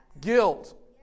Guilt